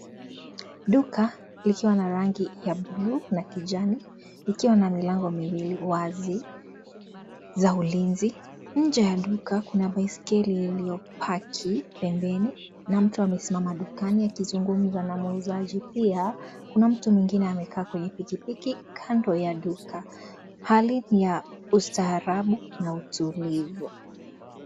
Duka likiwa na rangi ya blue na kijani, ikiwa na milango miwili wazi za ulinzi, nje ya duka kuna baiskeli iliyobaki pembeni na mtu amesimama dukani akizungumza na muuzaji pia kuna mtu mwingine amekaa kwa pikipiki kando ya duka, hali ya ustaarabu na utulivu.